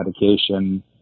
medication